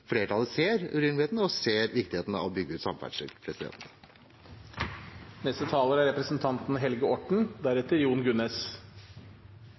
flertallet ser urimeligheten, og ser viktigheten av å bygge ut samferdsel.